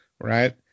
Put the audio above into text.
Right